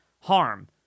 harm